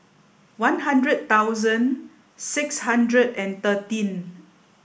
one hundred thousand six hundred and thirteen